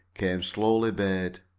came slowly bade.